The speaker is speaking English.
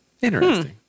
Interesting